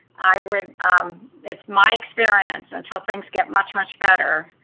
i would it's my experience, until things get much, much better,